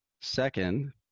Second